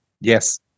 yes